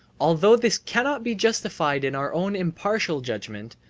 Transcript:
although this cannot be justified in our own impartial judgement,